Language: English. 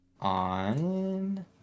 On